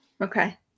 Okay